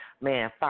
man